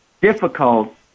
difficult